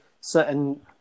certain